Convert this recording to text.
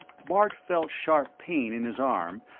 bart felt sharp pain in his arm,